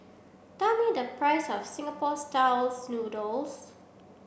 tell me the price of Singapore styles noodles